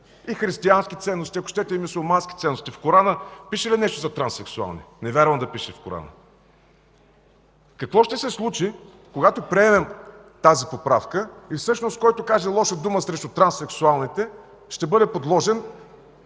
и християнски, ако щете и мюсюлмански ценности. В Корана пише ли нещо за транссексуални? Не вярвам да пише в Корана. Какво ще се случи, когато приемем тази поправка и всъщност който каже лоша дума срещу транссексуалните, ще бъде подложен